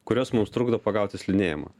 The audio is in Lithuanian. kurios mums trukdo pagauti slidinėjimą